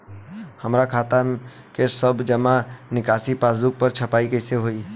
हमार खाता के सब जमा निकासी पासबुक पर छपाई कैसे होई?